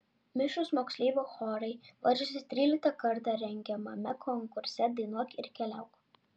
mišrūs moksleivių chorai varžėsi tryliktą kartą rengiamame konkurse dainuok ir keliauk